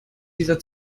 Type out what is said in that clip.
dieser